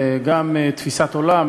גם תפיסת עולם,